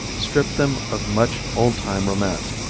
stripped them of much old time romance,